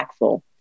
impactful